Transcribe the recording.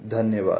धन्यवाद